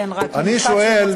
אני שואל,